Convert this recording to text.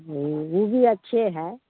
ऊ ऊ भी अच्छे है